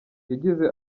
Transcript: yagize